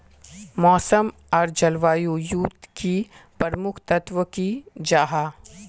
मौसम आर जलवायु युत की प्रमुख तत्व की जाहा?